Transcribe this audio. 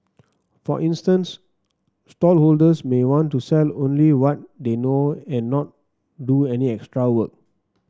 for instance stallholders may want to sell only what they know and not do any extra work